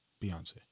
Beyonce